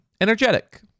Energetic